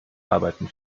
arbeiten